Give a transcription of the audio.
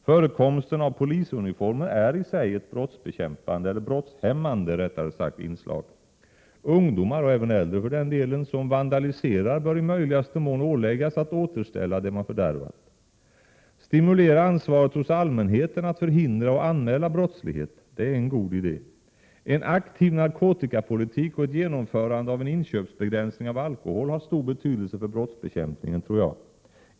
Förekomsten av ”polisuniformer” är i sig ett brottshämmande inslag. Ungdomar — och även äldre för den delen — som vandaliserar bör i möjligaste mån åläggas att återställa det man fördärvat. Stimulera ansvaret hos allmänheten att förhindra och anmäla brottslighet. Det är en god idé. En aktiv narkotikapolitik och ett genomförande av en inköpsbegränsning i fråga om alkohol har stor betydelse för brottsbekämpningen.